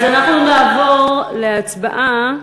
אז אנחנו נעבור להצבעה